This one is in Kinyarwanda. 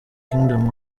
kingdom